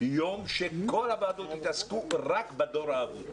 יום שבו כל הוועדות יתעסקו רק בדור האבוד,